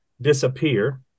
disappear